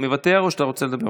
מוותר או שאתה רוצה לדבר?